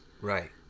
Right